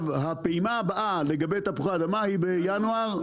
הפעימה הבאה לגבי תפוחי אדמה היא בינואר,